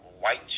White